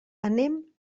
anem